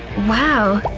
wow!